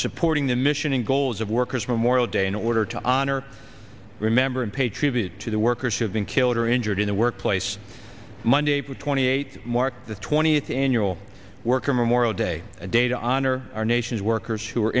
supporting the mission and goals of workers memorial day in order to honor remember and pay tribute to the workers who have been killed or injured in the workplace monday april twenty eighth marked the twentieth annual worker memorial day a day to honor our nation's workers who